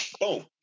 Boom